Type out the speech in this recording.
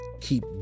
keep